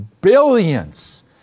billions